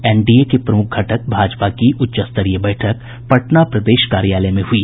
NDA के प्रमुख घटक भाजपा की उच्च स्तरीय बैठक पटना प्रदेश कार्यालय में हुई